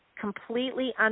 completely